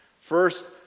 first